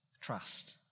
trust